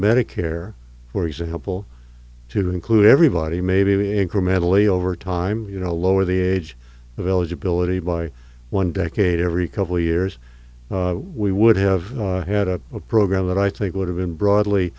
medicare for example to include everybody maybe incrementally over time you know lower the age of eligibility by one decade every couple years we would have had a program that i think would have been broadly